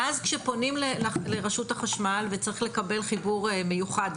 ואז כשפונים לרשות החשמל וצריך לקבל חיבור מיוחד,